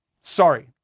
Sorry